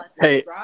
hey